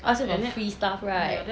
ask you on free stuff right